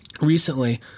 recently